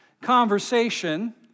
conversation